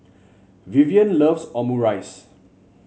Vivien loves Omurice